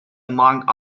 among